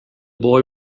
boy